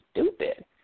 stupid